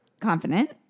confident